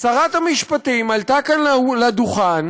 שרת המשפטים עלתה כאן לדוכן,